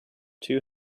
two